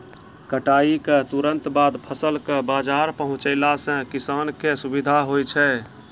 कटाई क तुरंत बाद फसल कॅ बाजार पहुंचैला सें किसान कॅ सुविधा होय छै